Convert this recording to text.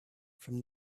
from